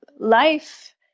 life